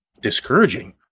discouraging